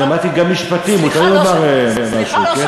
אני למדתי גם משפטים, מותר לומר משהו, כן?